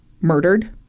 murdered